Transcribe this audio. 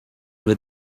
with